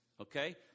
Okay